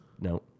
No